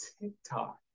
TikTok